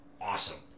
awesome